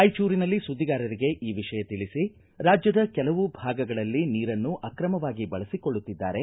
ರಾಯಚೂರಿನಲ್ಲಿ ಸುದ್ದಿಗಾರರಿಗೆ ಈ ವಿಷಯ ತಿಳಿಸಿ ರಾಜ್ಯದ ಕೆಲವು ಭಾಗಗಳಲ್ಲಿ ನೀರನ್ನು ಆಕ್ರಮವಾಗಿ ಬಳಸಿಕೊಳ್ಳುತ್ತಿದ್ದಾರೆ